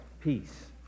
peace